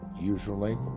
Usually